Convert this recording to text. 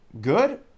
good